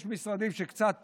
יש משרדים שקצת פחות,